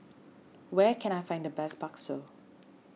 where can I find the best Bakso